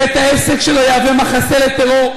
בית-העסק שלו יהווה מחסה לטרור,